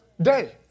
day